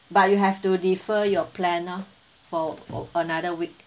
but you have to defer your plan lah for a~ another week